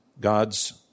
God's